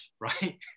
right